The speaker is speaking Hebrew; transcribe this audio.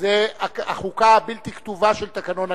זה החוקה הבלתי כתובה של תקנון הכנסת.